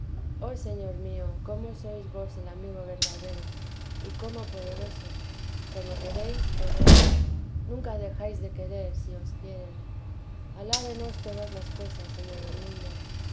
oh señor mío cómo sois vos el amigo verdadero y como poderoso cuando queréis podéis nunca dejáis de querer si os quieren alaben os todas las cosas señor del mundo oh